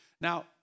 Now